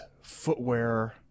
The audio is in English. footwear